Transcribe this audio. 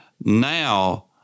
now